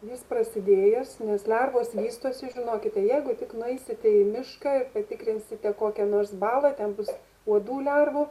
jis prasidėjęs nes lervos vystosi žinokite jeigu tik nueisite į mišką ir patikrinsite kokią nors balą ten bus uodų lervų